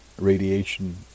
radiation